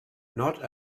not